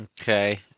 Okay